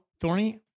Thorny